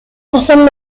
razón